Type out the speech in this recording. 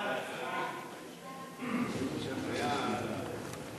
ההצעה להעביר את הצעת חוק עובדים זרים (תיקון,